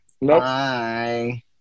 Bye